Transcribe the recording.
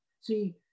See